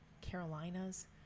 Carolinas